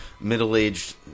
Middle-aged